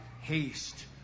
haste